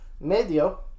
Medio